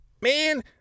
Man